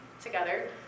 together